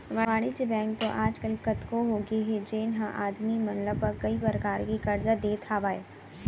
वाणिज्य बेंक तो आज काल कतको होगे हे जेन ह आदमी मन ला कई परकार के करजा देत हावय